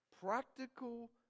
Practical